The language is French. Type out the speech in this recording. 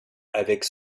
avec